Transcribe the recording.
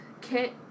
kit